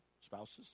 spouses